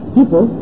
People